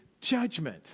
judgment